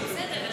בסדר.